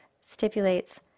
stipulates